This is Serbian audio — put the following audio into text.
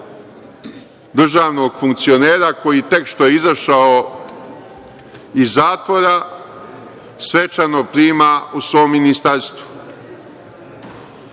državnog funkcionera koji tek što je izašao iz zatvora, svečano prima u svom ministarstvu. Čak